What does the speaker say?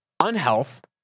Unhealth